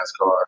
NASCAR